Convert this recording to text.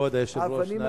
כבוד היושב-ראש, נא לסיים.